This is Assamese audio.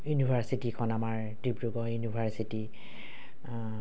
ইউনিভাৰ্চিটিখন আমাৰ ডিব্ৰুগড় ইউনিভাৰ্চিটি